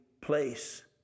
place